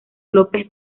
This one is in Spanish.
lópez